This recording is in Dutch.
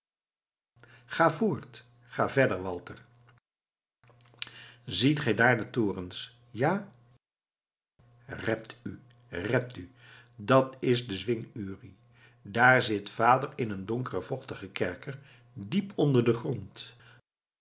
ga voort ga verder walter ziet gij daar die torens ja rept u rept u dat is de zwing uri daar zit vader in een donkeren vochtigen kerker diep onder den grond